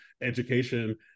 education